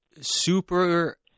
super